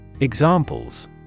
Examples